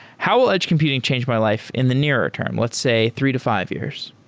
how will edge computing change my life in the nearer term? let's say three to five years.